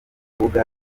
rubuga